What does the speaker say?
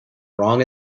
wrong